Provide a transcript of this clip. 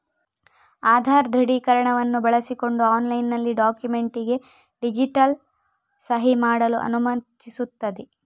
ಆಧಾರ್ ದೃಢೀಕರಣವನ್ನು ಬಳಸಿಕೊಂಡು ಆನ್ಲೈನಿನಲ್ಲಿ ಡಾಕ್ಯುಮೆಂಟಿಗೆ ಡಿಜಿಟಲ್ ಸಹಿ ಮಾಡಲು ಅನುಮತಿಸುತ್ತದೆ